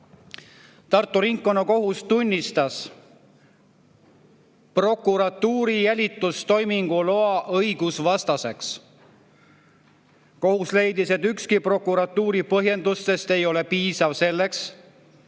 Tartu Ringkonnakohus tunnistas prokuratuuri jälitustoimingu loa õigusvastaseks. Kohus leidis, et ükski prokuratuuri põhjendustest ei olnud piisav selleks,